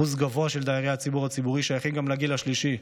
שיעור גבוה של דיירי הדיור הציבורי שייכים גם לגיל השלישי,